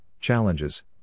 challenges